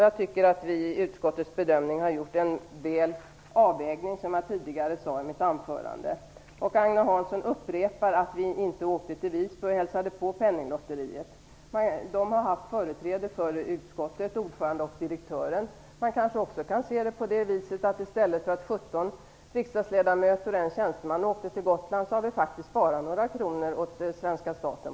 Jag tycker att vi i utskottets bedömning har gjort en god avvägning, som jag sade i mitt tidigare anförande. Agne Hansson upprepar att vi inte åkte till Visby och hälsade på Penninglotteriet. Dess ordförande och direktör har haft företräde hos utskottet. Man kan kanske också se det på det viset att vi därigenom i stället för att låta 17 riksdagsledamöter och en tjänsteman åka till Gotland faktiskt har sparat några kronor åt svenska staten.